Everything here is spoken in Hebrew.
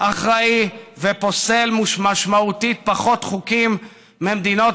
אחראי ופוסל משמעותית פחות חוקים ממדינות